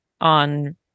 on